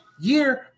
Year